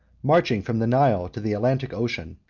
marching from the nile to the atlantic ocean,